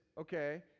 okay